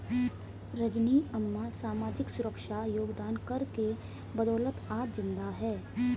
रजनी अम्मा सामाजिक सुरक्षा योगदान कर के बदौलत आज जिंदा है